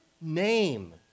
name